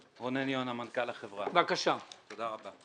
תודה רבה.